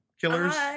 Killers